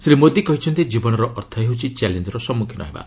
ଶ୍ରୀ ମୋଦି କହିଛନ୍ତି ଜୀବନର ଅର୍ଥ ହେଉଛି ଚ୍ୟାଲେଞ୍ଜର ସମ୍ମୁଖୀନ ହେବା